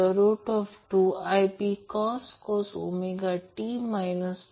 जेव्हा गणिते सोडवू तेव्हा ही गोष्ट नेहमी लक्षात ठेवावी